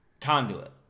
conduit